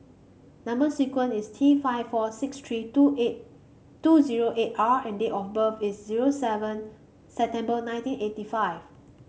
number sequence is T five four six three two eight two zero eight R and date of birth is zero seven September nineteen eighty five